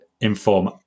inform